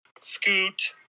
Scoot